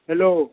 hello